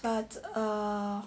but err